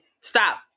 stop